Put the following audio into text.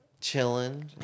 chilling